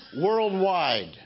worldwide